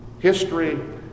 history